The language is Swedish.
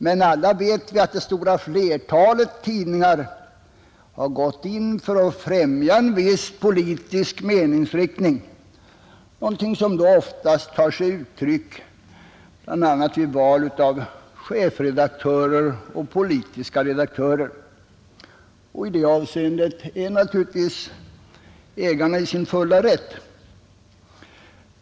Men alla vet vi att det stora flertalet tidningar har gått in för att främja en viss politisk meningsriktning, något som oftast tar sig uttryck vid val av bl.a. chefredaktör och politisk redaktör. I det avseendet är naturligtvis ägarna i sin fulla rätt.